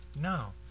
No